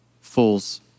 fools